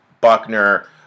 Buckner